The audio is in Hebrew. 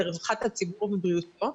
לרווחת הציבור ולבריאותו,